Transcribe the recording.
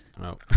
no